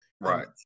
right